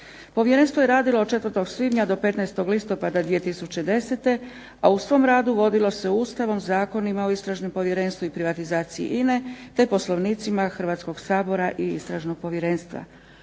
Povjerenstvo je radilo od 4. svibnja do 15. listopada 2010. a u svom radu vodilo se Ustavom, Zakonima o istražnom povjerenstvu i privatizaciji INA-e te Poslovnicima Hrvatskog sabora i Istražnog povjerenstva.